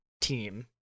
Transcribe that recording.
team